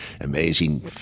amazing